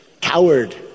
coward